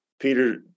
Peter